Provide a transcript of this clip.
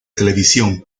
televisión